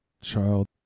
Child